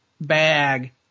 bag